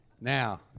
Now